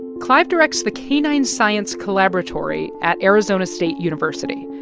clive directs the canine science collaboratory at arizona state university.